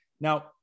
Now